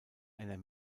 einer